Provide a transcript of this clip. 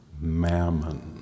mammon